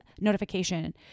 notification